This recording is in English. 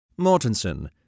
Mortensen